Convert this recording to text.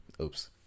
oops